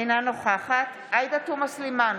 אינה נוכחת עאידה תומא סלימאן,